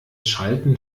schalten